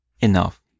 enough